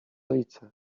lice